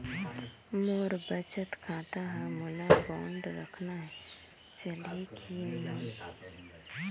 मोर बचत खाता है मोला बांड रखना है चलही की नहीं?